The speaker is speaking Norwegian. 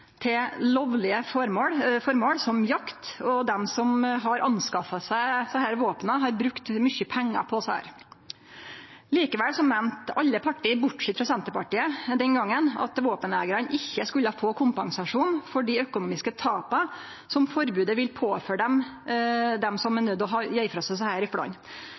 til lovlege føremål, som jakt, og dei som har skaffa seg desse våpna, har brukt mykje pengar på dette. Likevel meinte alle parti den gongen, bortsett frå Senterpartiet, at våpeneigarane ikkje skulle få kompensasjon for dei økonomiske tapa som forbodet vil påføre dei som blir nøydde til å gje frå seg desse